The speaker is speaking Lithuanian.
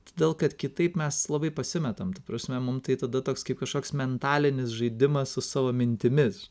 todėl kad kitaip mes labai pasimetam ta prasme mum tai tada toks kaip kažkoks mentalinis žaidimas su savo mintimis